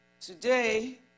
today